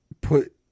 put